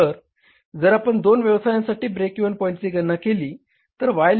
तर जर आपण दोन व्यवसायांसाठी ब्रेक इव्हन पॉईंटची गणना केली तर Y